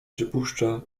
przypuszcza